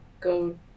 go